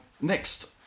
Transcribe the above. next